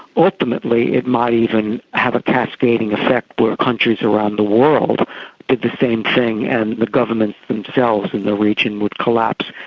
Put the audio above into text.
ultimately it might even have a cascading effect where countries around the world did the same thing and the governments themselves in the region would collapse.